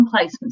placements